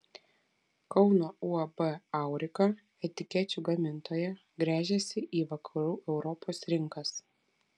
kauno uab aurika etikečių gamintoja gręžiasi į vakarų europos rinkas